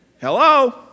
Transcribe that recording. Hello